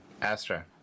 Astra